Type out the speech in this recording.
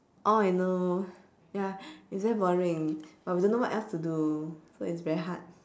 oh I know ya it's very boring but we don't know what else to do so it's very hard